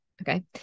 Okay